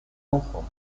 enfants